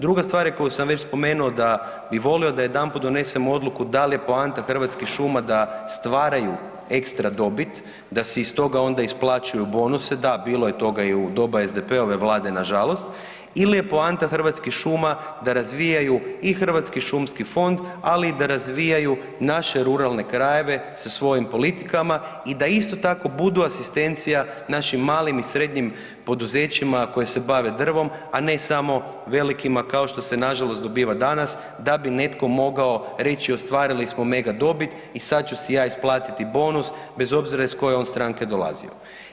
Druga stvar je koju sam već spomenu da bih volio da jedanput donesemo odluku da lije poanta Hrvatskih šuma da stvaraju ekstra dobit, da se iz toga onda isplaćuju bonusi, da bilo je toga i u doba SDP-ove vlade nažalost ili je poanta Hrvatskih šuma da razvijaju i hrvatski šumski fond ali i da razvijaju naše ruralne krajeve sa svojim politikama i da isto tako budu asistencija našim malim i srednjim poduzećima koja se bave drvom, a ne samo velikima kao što se nažalost dobiva danas da bi netko mogao reći ostvarili smo mega dobit i sad ću si ja isplatiti bonus bez obzira iz koje on stranke dolazio.